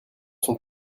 sont